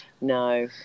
No